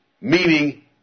meaning